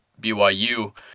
BYU